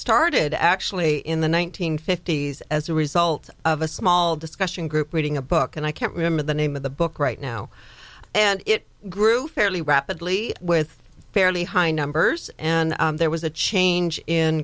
started actually in the one nine hundred fifty s as a reason ult of a small discussion group reading a book and i can't remember the name of the book right now and it grew fairly rapidly with fairly high numbers and there was a change in